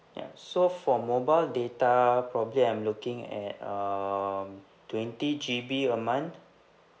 ya so for mobile data probably I'm looking at um twenty G_B a month